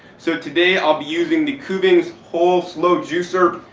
so today i'll be using the kuggins whole slow juicer.